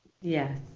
Yes